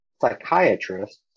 psychiatrists